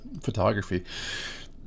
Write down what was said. photography